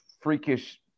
freakish